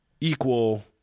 equal